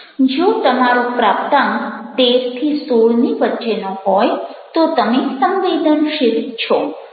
જો તમારો પ્રાપ્તાંક 13 16 ની વચ્ચેનો હોય તો તમે સંવેદનશીલ છો